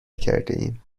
کردهایم